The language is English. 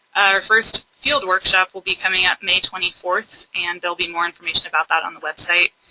our first field workshop will be coming up may twenty fourth and there'll be more information about that on the website.